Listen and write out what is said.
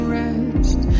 rest